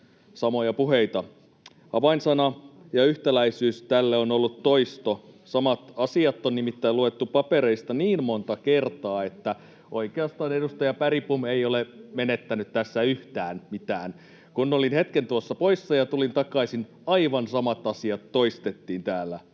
samoja puheita. Avainsana ja yhtäläisyys tälle on ollut toisto, samat asiat on nimittäin luettu papereista niin monta kertaa, että oikeastaan edustaja Bergbom ei ole menettänyt tässä yhtään mitään. Kun olin hetken poissa ja tulin takaisin, aivan samat asiat toistettiin täällä